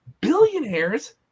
Billionaires